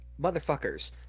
motherfuckers